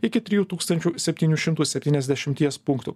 iki trijų tūkstančių septynių šimtų septyniasdešimties punktų